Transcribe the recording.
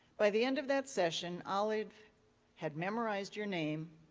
by the end of that session, olive had memorized your name,